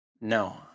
No